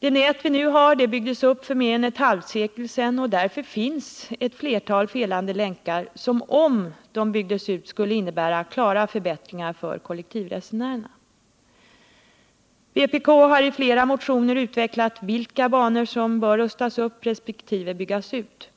Det järnvägsnät vi nu har byggdes upp för mer än ett halvsekel sedan, och därför finns ett flertal felande länkar som, om de byggdes ut, skulle innebära klara förbättringar för kollektivresenärerna. Vpk har i flera motioner utvecklat vilka banor som bör rustas upp resp. byggas ut.